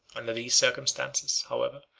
under these circumstances, however,